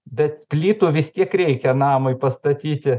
bet plytų vis tiek reikia namui pastatyti